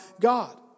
God